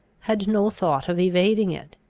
had no thought of evading it.